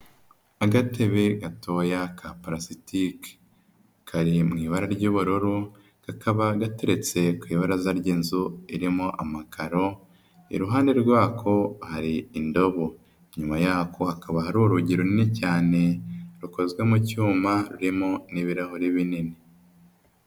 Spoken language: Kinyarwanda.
Agatebe gatoya ka parasitike, kari mu ibara ry'ubururu, kakaba gateretse ku ibaraza ry'inzu irimo amakaro, iruhande rwako hari indobo, inyuma yako hakaba hari urugi runini cyane rukozwe mu cyuma, rurimo n'ibirahuri binini.